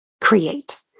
create